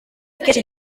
kenshi